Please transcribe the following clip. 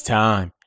time